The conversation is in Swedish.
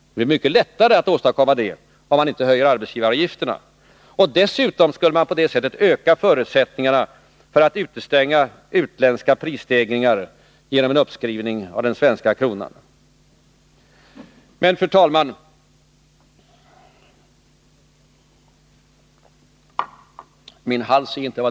Det är mycket lättare att åstadkomma en sådan nedpressning av inflationen, om man inte höjer arbetsgivaravgifterna. Dessutom skulle man på det sättet öka förutsättningarna för att kunna utestänga utländska prisstegringar genom en uppskrivning av den svenska kronan. Fru talman!